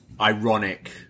ironic